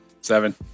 Seven